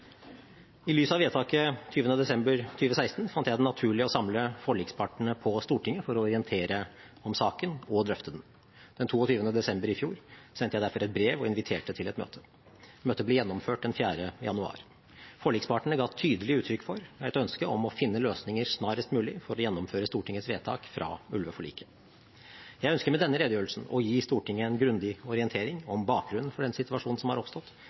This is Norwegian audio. I lys av vedtaket den 20. desember 2016 fant jeg det naturlig å samle forlikspartene på Stortinget for å orientere om saken og drøfte den. Den 22. desember i fjor sendte jeg derfor et brev og inviterte til et møte. Møtet ble gjennomført den 4. januar. Forlikspartene ga tydelig uttrykk for et ønske om å finne løsninger snarest mulig for å gjennomføre Stortingets vedtak fra ulveforliket. Jeg ønsker med denne redegjørelsen å gi Stortinget en grundig orientering om bakgrunnen for den situasjonen som har oppstått,